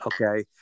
Okay